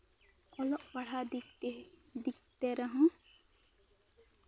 ᱚᱞᱚᱜ ᱯᱟᱲᱦᱟ ᱫᱤᱠ ᱛᱮ ᱫᱤᱠ ᱛᱮ ᱨᱮᱦᱚᱸ